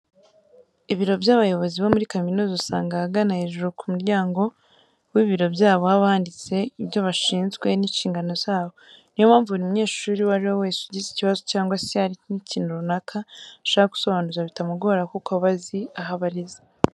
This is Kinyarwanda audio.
Ibiro by'abayobozi bo muri kaminuza usanga ahagana hejuru ku muryango w'ibiro byabo haba handitse ibyo bashinzwe n'inshingano zabo. Ni yo mpamvu buri munyeshuri uwo ari we wese ugize ikibazo cyangwa se hari nk'ikintu runaka ashaka gusobanuza bitamugora kuko aba azi aho abariza.